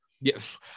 Yes